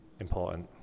important